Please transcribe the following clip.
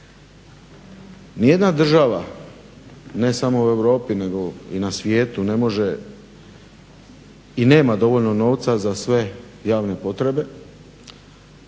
Ni jedna država, ne smo u Europi nego i na svijetu, ne može i nema dovoljno novca za sve javne potrebe.